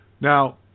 Now